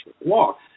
walk